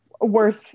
worth